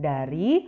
Dari